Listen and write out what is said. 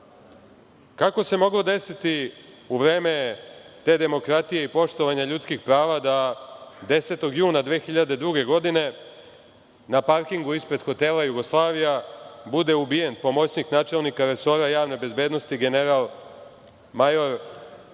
Kako se moglo desiti u vreme te demokratije i poštovanja ljudskih prava da 10. juna 2002. godine na parkingu ispred hotela „Jugoslavija“ bude ubijen pomoćnik načelnika resora javne bezbednosti general major Boško